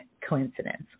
coincidence